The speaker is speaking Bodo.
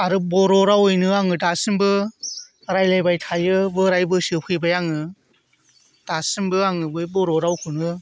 आरो बर' रावैनो आङो दासिमबो रायज्लायबाय थायो बोराय बेसोआव फैबाय आङो दासिमबो आङो बै बर' रावखोनो